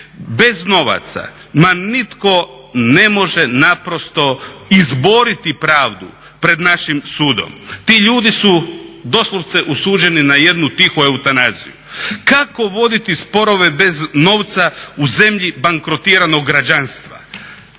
bez novaca ma nitko ne može naprosto izboriti pravdu pred našim sudom. Ti ljudi su doslovce osuđeni na jednu tihu eutanaziju. Kako voditi sporove bez novca u zemlji bankrotiranog građanstva?